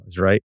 right